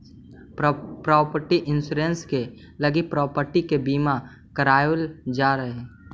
property insurance के लगी property के बीमा करावल जा हई